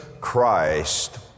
Christ